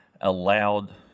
allowed